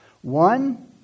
One